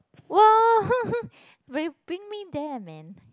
!wow! very bring me there man